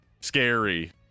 scary